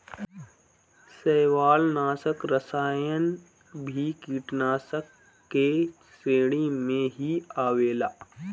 शैवालनाशक रसायन भी कीटनाशाक के श्रेणी में ही आवेला